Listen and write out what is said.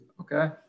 Okay